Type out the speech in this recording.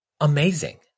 amazing